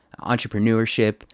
entrepreneurship